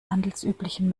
handelsüblichen